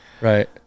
Right